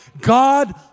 God